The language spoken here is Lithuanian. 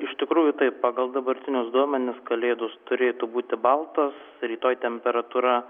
iš tikrųjų tai pagal dabartinius duomenis kalėdos turėtų būti baltos rytoj temperatūra